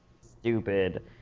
stupid